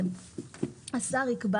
מאחר שיש